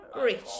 rich